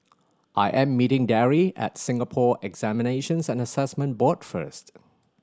I am meeting Darry at Singapore Examinations and Assessment Board first